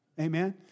Amen